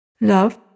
Love